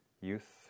youth